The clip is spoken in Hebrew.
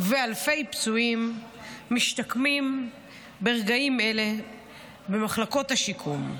ואלפי פצועים משתקמים ברגעים אלה במחלקות השיקום.